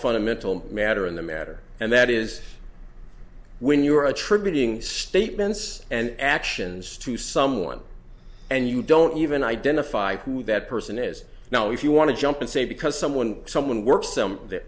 fundamental matter in the matter and that is when you are attributing statements and actions to someone and you don't even identify who that person is now if you want to jump and say because someone someone works them th